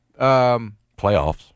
Playoffs